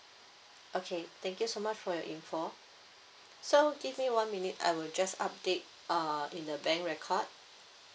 okay thank you so much for your info so give me one minute I will just update uh in the bank record